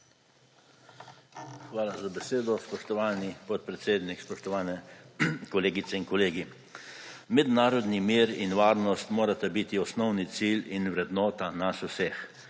Hvala za besedo, spoštovani podpredsednik. Spoštovane kolegice in kolegi! Mednarodni mir in varnost morata biti osnovni cilj in vrednota nas vseh,